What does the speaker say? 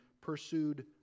pursued